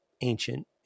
ancient